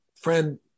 friend